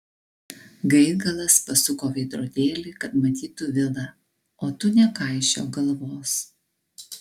gaigalas pasuko veidrodėlį kad matytų vilą o tu nekaišiok galvos